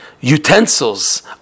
utensils